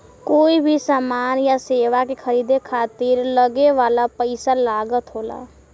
कोई भी समान या सेवा के खरीदे खातिर लगे वाला पइसा लागत होला